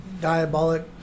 diabolic